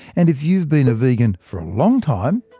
and if you've been a vegan for long time,